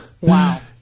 Wow